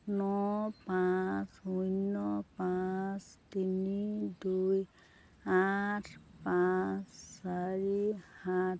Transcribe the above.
ন পাঁচ শূন্য পাঁচ তিনি দুই আঠ পাঁচ চাৰি সাত